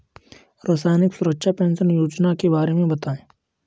सामाजिक सुरक्षा पेंशन योजना के बारे में बताएँ?